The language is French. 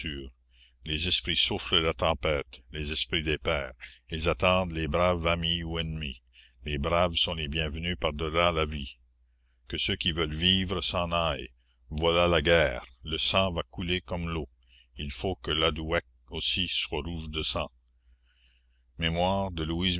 les esprits soufflent la tempête les esprits des pères ils attendent les braves amis ou ennemis les braves sont les bienvenus par delà la vie que ceux qui veulent vivre s'en aillent voilà la guerre le sang va couler comme l'eau il faut que l'adouéke aussi soit rouge de sang mémoires de louise